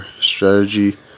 Strategy